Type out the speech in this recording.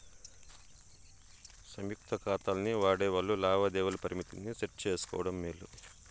సంయుక్త కాతాల్ని వాడేవాల్లు లావాదేవీల పరిమితిని సెట్ చేసుకోవడం మేలు